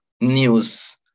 news